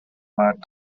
مرد